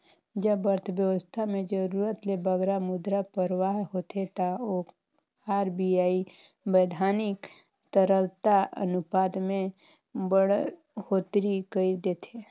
जब अर्थबेवस्था में जरूरत ले बगरा मुद्रा परवाह होथे ता आर.बी.आई बैधानिक तरलता अनुपात में बड़होत्तरी कइर देथे